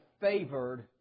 favored